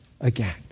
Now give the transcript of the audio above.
again